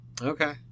Okay